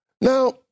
Now